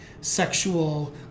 sexual